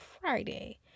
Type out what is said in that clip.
Friday